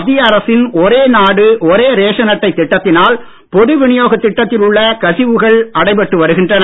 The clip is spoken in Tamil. மத்திய அரசின் ஒரே நாடு ஒரே ரேஷன் அட்டை திட்டத்தினால் பொது விநியோக திட்டத்தில் உள்ள கசிவுகள் அடைபட்டு வருகின்றன